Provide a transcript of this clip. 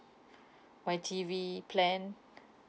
my T_V plan